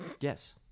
Yes